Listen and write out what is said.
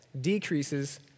decreases